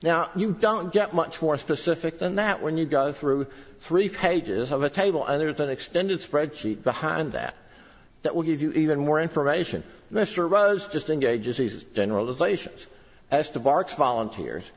now you don't get much more specific than that when you go through three pages of a table and there's an extended spreadsheet behind that that will give you even more information mr rudd's just engages as generalizations as to mark's volunteers